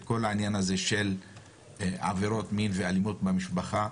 כל העניין הזה של עבירות מין ואלימות במשפחה,